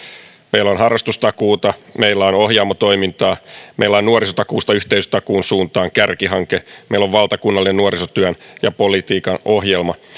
meillä on harrastustakuuta meillä on ohjaamo toimintaa meillä on nuorisotakuuta yhteisötakuun suuntaan kärkihanke meillä on valtakunnallinen nuorisotyön ja politiikan ohjelma